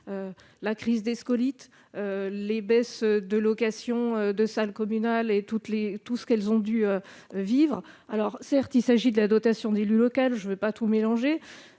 la crise des scolytes, la baisse du nombre de locations de salles communales, et tout ce qu'elles ont dû vivre ... Certes, il s'agit de la dotation « élu local », je ne vais pas tout mélanger.